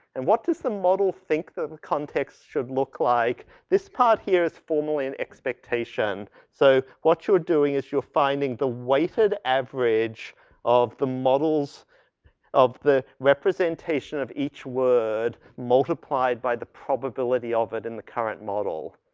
and what does the model think that the context should look like? this part here is formal in expectation. so, what you're doing is you're finding the weighted average of the models of the representations of each word, multiplied by the probability of it in the current model.